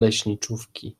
leśniczówki